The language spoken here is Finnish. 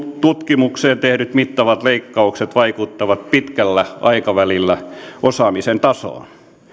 tutkimukseen tehdyt mittavat leikkaukset vaikuttavat pitkällä aikavälillä osaamisen tasoon